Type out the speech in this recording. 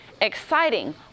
exciting